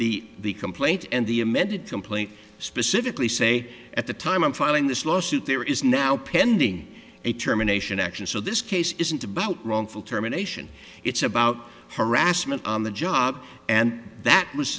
the complaint and the amended complaint specifically say at the time of filing this lawsuit there is now pending a terminations action so this case isn't about wrongful termination it's about harassment on the job and that was